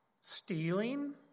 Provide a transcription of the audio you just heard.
Stealing